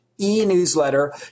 e-newsletter